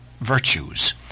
virtues